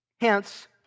Hence